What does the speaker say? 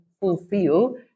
fulfill